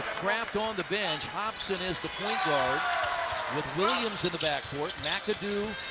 craft on the bench, hobson is the point guard with williams in the backcourt, mcadoo,